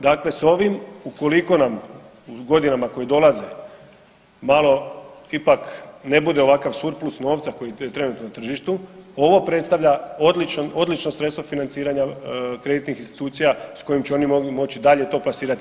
Dakle s ovim ukoliko nam u godinama koje dolaze malo ipak ne bude ovakav surplus novca koji je trenutno na tržištu, ovo predstavlja odlično sredstvo financiranja kreditnih institucija s kojim će oni moći dalje to plasirati.